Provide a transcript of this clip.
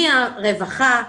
מהרווחה,